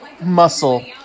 Muscle